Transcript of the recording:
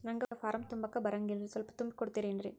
ನಂಗ ಫಾರಂ ತುಂಬಾಕ ಬರಂಗಿಲ್ರಿ ಸ್ವಲ್ಪ ತುಂಬಿ ಕೊಡ್ತಿರೇನ್ರಿ?